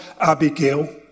Abigail